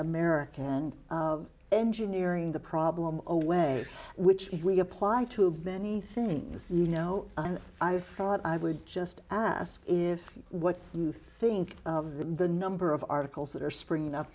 american engineering the problem away which we apply to many things you know and i thought i would just ask what you think the number of articles that are springing up